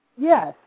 Yes